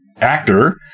actor